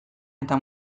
eta